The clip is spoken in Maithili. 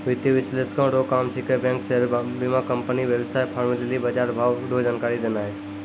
वित्तीय विश्लेषक रो काम छिकै बैंक शेयर बीमाकम्पनी वेवसाय फार्म लेली बजारभाव रो जानकारी देनाय